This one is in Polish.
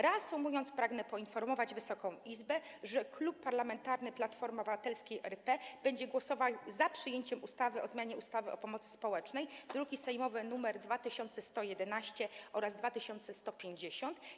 Reasumując, pragnę poinformować Wysoką Izbę, że Klub Parlamentarny Platforma Obywatelska RP będzie głosował za przyjęciem ustawy o zmianie ustawy o pomocy społecznej, druki sejmowe nr 2111 oraz 2150.